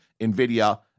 NVIDIA